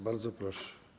Bardzo proszę.